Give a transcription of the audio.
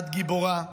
את גיבורה.